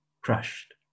crushed